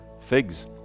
figs